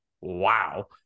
Wow